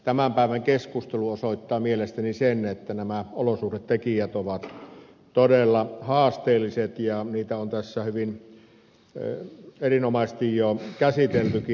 tämän päivän keskustelu osoittaa mielestäni sen että nämä olosuhdetekijät ovat todella haasteelliset ja niitä on tässä hyvin erinomaisesti jo käsiteltykin